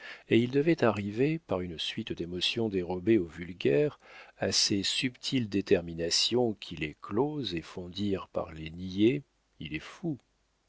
et il devait arriver par une suite d'émotions dérobées au vulgaire à ces subites déterminations qui les closent et font dire par les niais il est fou